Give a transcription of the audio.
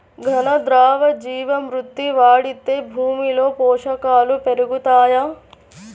ఘన, ద్రవ జీవా మృతి వాడితే భూమిలో పోషకాలు పెరుగుతాయా?